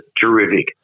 terrific